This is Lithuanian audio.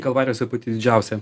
kalvarijose pati didžiausia